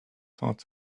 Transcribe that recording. thought